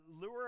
lure